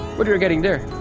but we are getting there.